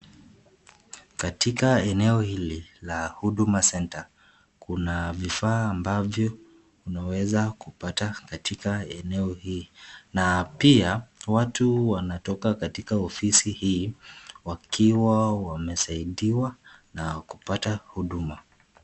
Katika eneo hili la huduma centre kuna vifaa ambavyo unaweza kupata katika eneo hii, na pia watu wanatoka katika ofisi hii wakiwa wanasaidiwa na kupata huduma.